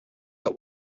that